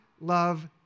love